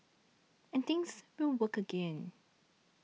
and things will work again